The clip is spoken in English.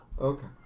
Okay